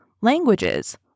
languages